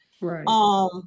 Right